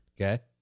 Okay